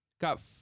got